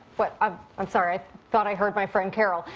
what? i'm i'm sorry, i thought i heard my friend carol.